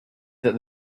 that